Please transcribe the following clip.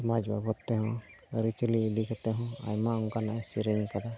ᱥᱚᱢᱟᱡᱽ ᱵᱟᱵᱚᱫ ᱛᱮᱦᱚᱸ ᱟᱹᱨᱤ ᱪᱟᱹᱞᱤ ᱤᱫᱤ ᱠᱟᱛᱮᱫ ᱦᱚᱸ ᱟᱭᱢᱟ ᱚᱱᱠᱟᱜ ᱮ ᱥᱮᱨᱮᱧ ᱠᱟᱫᱟ